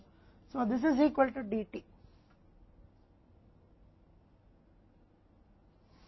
इसलिए यह DT के बराबर है